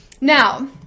Now